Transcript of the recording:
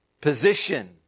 position